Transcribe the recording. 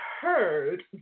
heard